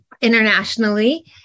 internationally